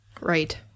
Right